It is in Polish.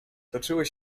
toczyły